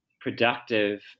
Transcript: productive